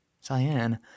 Cyan